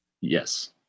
Yes